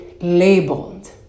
labeled